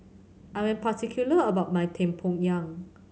I am particular about my tempoyak